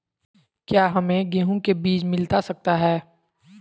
क्या हमे गेंहू के बीज मिलता सकता है?